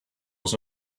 was